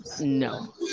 No